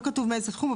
לא כתוב מאיזה תחום,